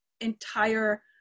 entire